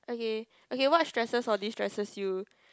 okay okay what stresses or distresses you